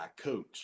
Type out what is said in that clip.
coach